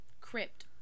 crypt